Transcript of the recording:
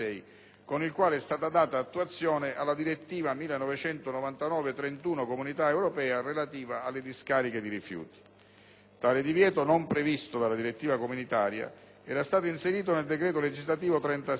con il quale è stata data attuazione alla direttiva 1999/31/CE relativa alle discariche di rifiuti. Tale divieto, non previsto dalla direttiva comunitaria, era stato inserito nel decreto legislativo n.